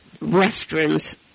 restaurants